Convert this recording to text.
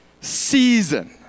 season